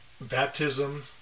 Baptism